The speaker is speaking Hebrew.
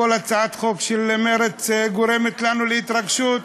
כל הצעת חוק של מרצ גורמת לנו להתרגשות,